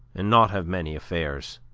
and not have many affairs.